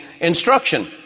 instruction